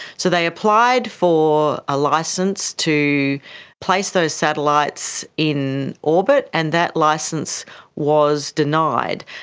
so they applied for a license to place those satellites in orbit, and that license was denied.